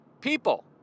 people